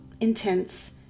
intense